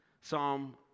Psalm